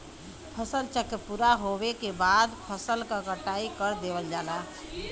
फसल चक्र पूरा होवे के बाद फसल क कटाई कर देवल जाला